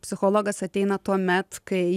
psichologas ateina tuomet kai